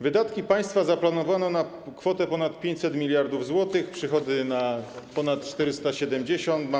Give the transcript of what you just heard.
Wydatki państwa zaplanowano na kwotę ponad 500 mld zł, przychody - na ponad 470 mld.